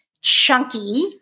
chunky